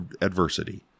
adversity